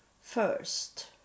first